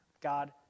God